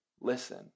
listen